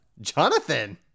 Jonathan